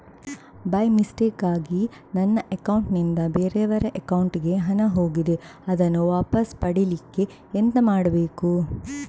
By ಮಿಸ್ಟೇಕಾಗಿ ನನ್ನ account ನಿಂದ ಬೇರೆಯವರ ಅಕೌಂಟ್ ಗೆ ಹಣ ಹೋಗಿದೆ ಅದನ್ನು ವಾಪಸ್ ಪಡಿಲಿಕ್ಕೆ ಎಂತ ಮಾಡಬೇಕು?